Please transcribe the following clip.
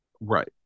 Right